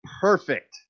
perfect